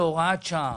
בהוראת שעה.